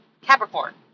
Capricorn